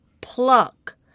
pluck